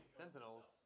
sentinels